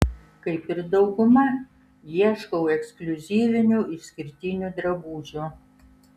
kaip ir dauguma ieškau ekskliuzyvinių išskirtinių drabužių